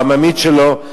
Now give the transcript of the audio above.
העממית שלו,